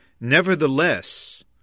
Nevertheless